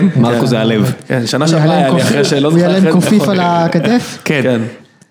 מרקו זה הלב, שנה שעברה היה. הוא היה להם קופיף על הכתף? כן.